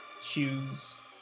shoes